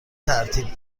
ترتیب